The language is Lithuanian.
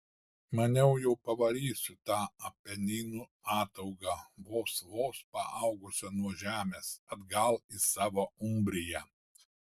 maniau jau pavarysiu tą apeninų ataugą vos vos paaugusią nuo žemės atgal į savo umbriją